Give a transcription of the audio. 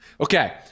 Okay